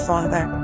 Father